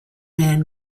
man